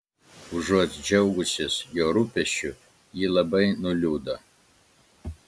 užuot džiaugusis jo rūpesčiu ji labai nuliūdo